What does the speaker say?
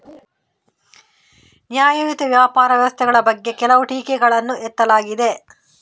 ನ್ಯಾಯಯುತ ವ್ಯಾಪಾರ ವ್ಯವಸ್ಥೆಗಳ ಬಗ್ಗೆ ಕೆಲವು ಟೀಕೆಗಳನ್ನು ಎತ್ತಲಾಗಿದೆ